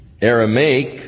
Aramaic